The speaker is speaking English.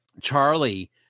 Charlie